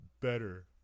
better